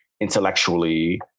intellectually